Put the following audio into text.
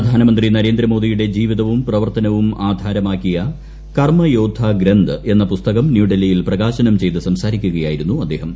പ്രധാനമന്ത്രി നരേന്ദ്രമോദിയുടെ ജീവിതവും പ്രവർത്തനവും ആധാരമാക്കിയ കർമ്മയോദ്ധ ഗ്രന്ഥ് എന്ന പുസ്തകം ന്യൂഡൽഹിയിൽ പ്രകാശനം ചെയ്ത് സംസാരിക്കുകയായിരുന്നു അദ്ദേഹം